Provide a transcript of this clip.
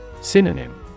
Synonym